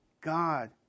God